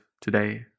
today